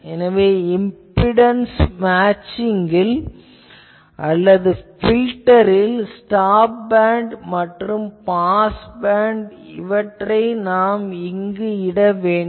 எனவே இம்பிடன்ஸ் மேட்சிங்கில் அல்லது ஃபில்டரில் ஸ்டாப் பேண்ட் மற்றும் பாஸ் பேண்ட் இவற்றை இங்கு இட வேண்டும்